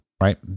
right